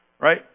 right